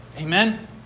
Amen